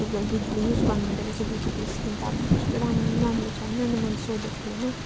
त्यति बेला दिदीले युज गर्नु हुँदो रहेछ दिदीको स्किन त अब कस्तो राम्रो न राम्रो छ होइन अनि मैले सोधेको थिएँ होइन